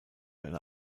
eine